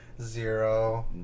Zero